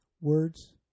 words